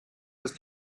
ist